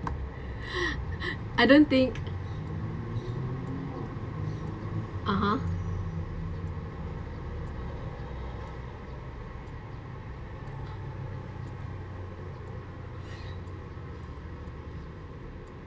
I don't think (uh huh)